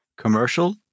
commercial